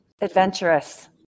adventurous